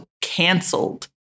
canceled